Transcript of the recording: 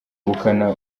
ubukana